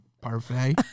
parfait